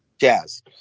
Jazz